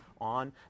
on